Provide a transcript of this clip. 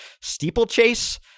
steeplechase